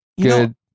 Good